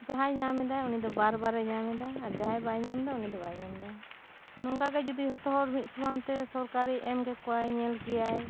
ᱡᱟᱦᱟᱸᱭ ᱧᱟᱢ ᱮᱫᱟ ᱩᱱᱤ ᱫᱚ ᱵᱟᱨ ᱵᱟᱨᱮ ᱧᱟᱢ ᱮᱫᱟ ᱟᱨ ᱡᱟᱦᱟᱸᱭ ᱵᱟᱭ ᱧᱟᱢ ᱮᱫᱟ ᱩᱱᱤ ᱫᱚ ᱵᱟᱭ ᱧᱟᱢ ᱮᱫᱟ ᱱᱚᱝᱠᱟ ᱜᱮ ᱡᱩᱫᱤ ᱡᱷᱚᱛᱚ ᱦᱚᱲ ᱢᱤᱫ ᱥᱚᱢᱟᱱ ᱛᱮ ᱥᱚᱨᱠᱟᱨᱤ ᱮᱢ ᱠᱮᱠᱚᱣᱟᱭ ᱧᱮᱞ ᱠᱮᱭᱟᱭ